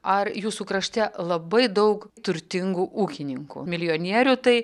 ar jūsų krašte labai daug turtingų ūkininkų milijonierių tai